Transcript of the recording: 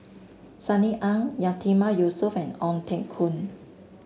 Sunny Ang Yatiman Yusof and Ong Teng Koon